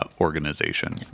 Organization